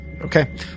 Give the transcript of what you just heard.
Okay